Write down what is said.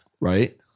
Right